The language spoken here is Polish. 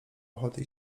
ochoty